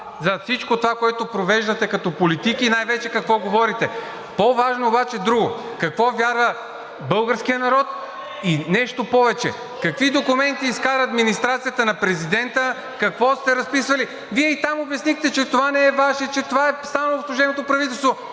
за всичко това, което провеждате като политики, и най-вече какво говорите. По-важно обаче е друго: в какво вярва българският народ. И нещо повече, какви документи изкара администрацията на президента, какво сте разписвали. Вие и там обяснихте, че това не е Ваше, че това е само на служебното правителство.